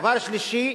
ודבר שלישי,